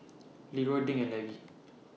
Leeroy Dink and Levy